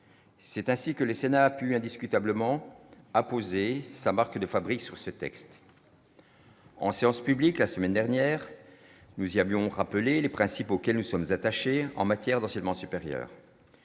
c'est ainsi que l'essai n'a pu indiscutablement apposé sa marque de fabrique sur ce texte. En séance publique la semaine dernière, nous y avions rappelé les principes auxquels nous sommes attachés en matière d'enseignement supérieur,